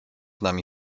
nami